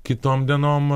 kitom dienom